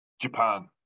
Japan